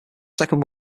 second